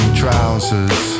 trousers